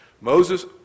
Moses